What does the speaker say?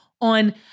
on